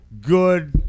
good